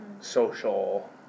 social